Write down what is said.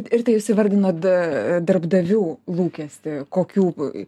rita jūs įvardinot darbdavių lūkestį kokių